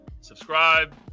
subscribe